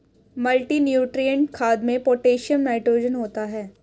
multinutrient खाद में potassium nitrogen होता है